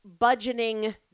budgeting